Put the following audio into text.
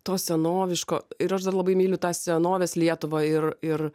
to senoviško ir aš dar labai myliu tą senovės lietuvą ir ir